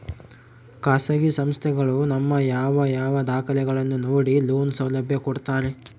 ಖಾಸಗಿ ಸಂಸ್ಥೆಗಳು ನಮ್ಮ ಯಾವ ಯಾವ ದಾಖಲೆಗಳನ್ನು ನೋಡಿ ಲೋನ್ ಸೌಲಭ್ಯ ಕೊಡ್ತಾರೆ?